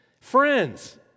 Friends